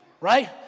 Right